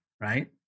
right